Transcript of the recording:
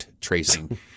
tracing